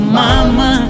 mama